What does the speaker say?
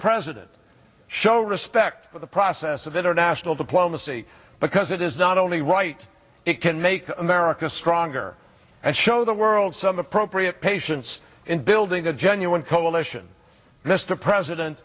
president show respect for the process of international diplomacy because it is not only right it can make america stronger and show the world some appropriate patience in building a genuine coalition mr president